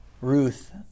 Ruth